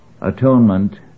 Atonement